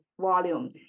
volume